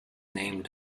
named